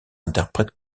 interprète